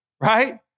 right